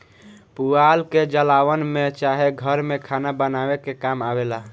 पुआल के जलावन में चाहे घर में खाना बनावे के काम आवेला